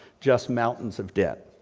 just mountains of debt.